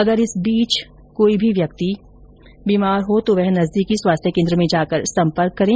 अगर इस बीच कोई व्यक्ति बीमार हो तो वह नजदीकी स्वास्थ्य केन्द्र में जाकर सम्पर्क करें